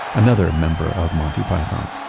another member of monty python.